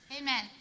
Amen